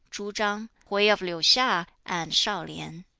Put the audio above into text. chu-chang, hwui of liuhia, and shau-lien.